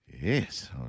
Yes